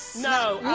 no,